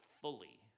fully